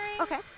okay